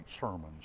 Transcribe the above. sermons